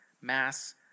mass